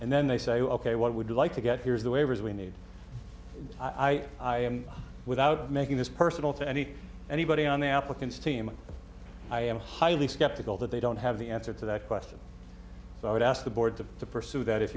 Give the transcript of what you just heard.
and then they say ok what would you like to get here's the waivers we need i i am without making this personal to any anybody on the applicant's team and i am highly skeptical that they don't have the answer to that question so i would ask the board to pursue that if